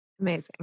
Amazing